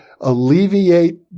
alleviate